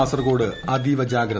കാസർകോട് അതീവ ജാഗ്രത